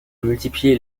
multiplié